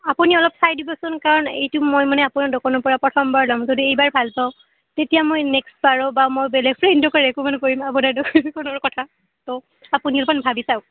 আপুনি অলপ চাই দিবচোন কাৰণ এইটো মই মানে আপোনাৰ দোকানৰ পৰা প্ৰথমবাৰ লম যদি এইবাৰ ভাল পাওঁ তেতিয়া মই নেক্সট বাৰো বা মই বেলেগ ফ্ৰেণ্ডকো ৰিক'মেণ্ড কৰিম আপোনাৰ দোকানখনৰ কথা ত' আপুনি অকণ ভাবি চাওঁক